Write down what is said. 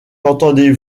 l’entendez